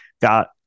got